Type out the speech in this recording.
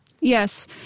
Yes